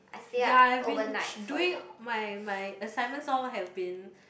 ya have been ch~ doing my my assignments all have been